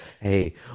hey